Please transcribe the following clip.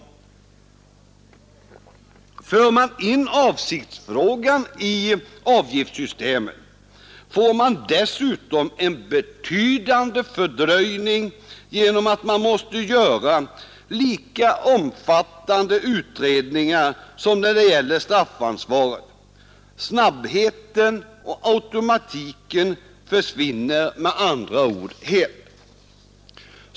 För man in avsiktsfrågan i avgiftssystemet får man dessutom en betydande fördröjning genom att man måste göra lika omfattande utredningar som när det gäller straffansvaret. Snabbheten och automatiken försvinner med andra ord helt.